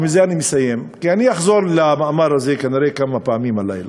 ובזה אני מסיים כי אני אחזור למאמר הזה כנראה כמה פעמים הלילה.